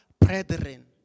brethren